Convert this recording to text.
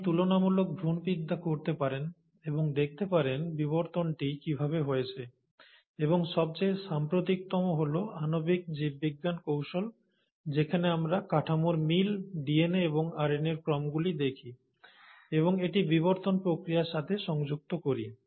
আপনি তুলনামূলক ভ্রূণবিদ্যা করতে পারেন এবং দেখতে পারেন বিবর্তনটি কীভাবে হয়েছে এবং সবচেয়ে সাম্প্রতিকতম হল আণবিক জীববিজ্ঞান কৌশল যেখানে আমরা কাঠামোর মিল ডিএনএ এবং আরএনএর ক্রমগুলি দেখি এবং এটি বিবর্তন প্রক্রিয়ার সাথে সংযুক্ত করি